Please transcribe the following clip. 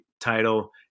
title